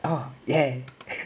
oh ya